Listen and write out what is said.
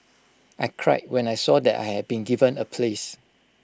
I cried when I saw that I had been given A place